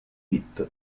bit